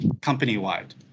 company-wide